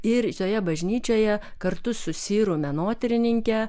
ir šioje bažnyčioje kartu su sirų menotyrininke